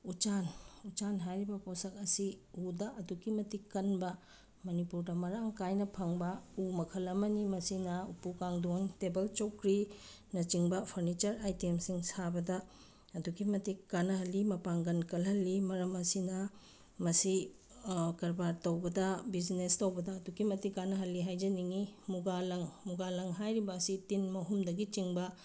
ꯎꯆꯥꯟ ꯎꯆꯥꯟ ꯍꯥꯏꯔꯤꯕ ꯄꯣꯠꯁꯛ ꯑꯁꯤ ꯎꯗ ꯑꯗꯨꯛꯀꯤ ꯃꯇꯤꯛ ꯀꯟꯕ ꯃꯅꯤꯄꯨꯔꯗ ꯃꯔꯥꯡ ꯀꯥꯏꯅ ꯐꯪꯕ ꯎ ꯃꯈꯜ ꯑꯃꯅꯤ ꯃꯁꯤꯅ ꯎꯄꯨ ꯀꯥꯡꯊꯣꯟ ꯇꯦꯕꯜ ꯆꯧꯀ꯭ꯔꯤ ꯅꯆꯤꯡꯕ ꯐꯔꯅꯤꯆꯔ ꯑꯥꯏꯇꯦꯝꯁꯤꯡ ꯁꯥꯕꯗ ꯑꯗꯨꯛꯀꯤ ꯃꯇꯤꯛ ꯀꯥꯅꯍꯜꯂꯤ ꯃꯄꯥꯡꯒꯜ ꯀꯟꯍꯜꯂꯤ ꯃꯔꯝ ꯑꯁꯤꯅ ꯃꯁꯤ ꯀꯔꯕꯥꯔ ꯇꯧꯕꯗ ꯕꯤꯖꯤꯅꯦꯁ ꯇꯧꯕꯗ ꯑꯗꯨꯛꯀꯤ ꯃꯇꯤꯛ ꯀꯥꯅꯍꯜꯂꯤ ꯍꯥꯏꯖꯅꯤꯡꯉꯤ ꯃꯨꯒꯥ ꯂꯪ ꯃꯨꯒꯥ ꯂꯪ ꯍꯥꯏꯔꯤꯕ ꯑꯁꯤ ꯇꯤꯟ ꯃꯍꯨꯝꯗꯒꯤ ꯆꯤꯡꯕ